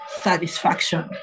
satisfaction